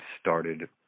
started